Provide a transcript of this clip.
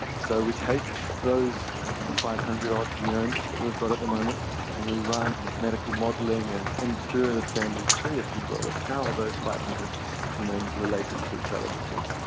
so we take those five hundred odd genomes that we've got at the moment and we run mathematical modelling and infer the family tree, if you will, of how are those five hundred genomes related to each other because,